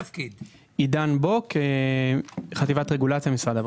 עידן בוק, חטיבת רגולציה, משרד הבריאות.